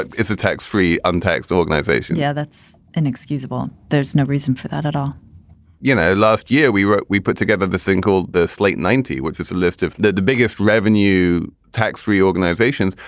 it's a tax free, untaxed organization yeah, that's inexcusable. there's no reason for that at all you know, last year we wrote we put together this thing called the slate ninety, which is a list of the the biggest revenue tax reorganizations.